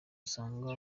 usanga